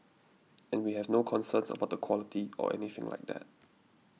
and we have no concerns about the quality or anything like that